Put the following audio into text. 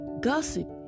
Gossip